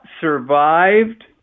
survived